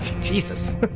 Jesus